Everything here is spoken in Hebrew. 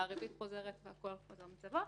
הריבית חוזרת והכול חוזר למצבו.